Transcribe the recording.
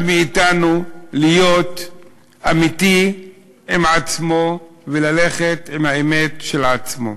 מאתנו להיות אמיתי עם עצמו וללכת עם האמת של עצמו.